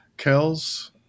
Kells